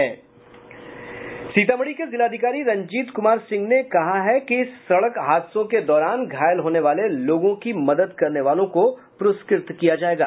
सीतामढ़ी के जिलाधिकारी रंजीत कुमार सिंह ने कहा है कि सड़क हादसों के दौरान घायल होने वाले लोगों की मदद करने वालों को पुरस्कृत किया जायेगा